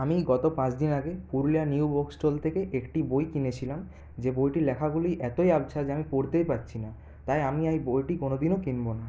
আমি গত পাঁচ দিন আগে পুরুলিয়া নিউ বুকস্টল থেকে একটি বই কিনেছিলাম যে বইটির লেখাগুলি এতই আবছা যে আমি পড়তেই পারছি না তাই আমি এই বইটি কোনোদিনও কিনবো না